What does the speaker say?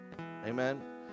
amen